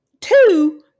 two